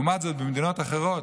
לעומת זאת, במדינות אחרות,